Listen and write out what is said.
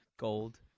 Gold